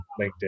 LinkedIn